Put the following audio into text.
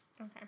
Okay